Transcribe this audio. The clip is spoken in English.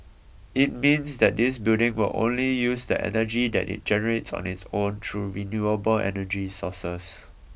it means that this building will only use the energy that it generates on its own through renewable energy sources